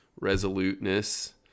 resoluteness